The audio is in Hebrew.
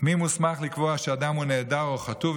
מי מוסמך לקבוע שאדם הוא נעדר או חטוף,